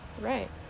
right